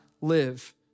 live